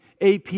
AP